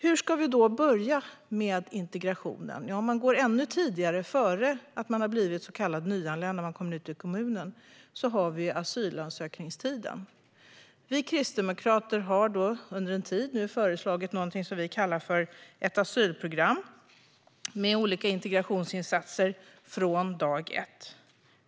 Hur ska vi då börja med integrationen? Om vi går tidigare, innan människor har blivit så kallade nyanlända ute i kommunen, har vi asylansökningstiden. Vi kristdemokrater har under en tid föreslagit någonting vi kallar för ett asylprogram med olika integrationsinsatser från dag ett.